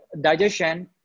digestion